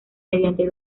mediante